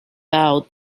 out